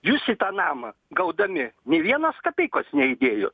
jūs į tą namą gaudami nei vienos kapeikos neįdėjot